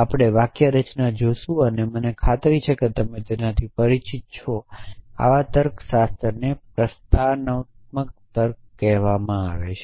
આપણે વાક્યરચના જોશું અને મને ખાતરી છે કે તમે તેનાથી પરિચિત છો આવા તર્કશાસ્ત્રને પ્રોપ્રોજીશનલતર્ક કહેવામાં આવે છે